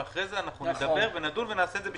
ואחרי זה נדון ונעשה את זה בשיתוף פעולה.